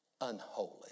Unholy